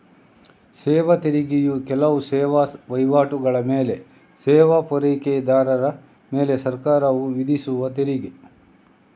ಸೇವಾ ತೆರಿಗೆಯು ಕೆಲವು ಸೇವಾ ವೈವಾಟುಗಳ ಮೇಲೆ ಸೇವಾ ಪೂರೈಕೆದಾರರ ಮೇಲೆ ಸರ್ಕಾರವು ವಿಧಿಸುವ ತೆರಿಗೆ